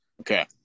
Okay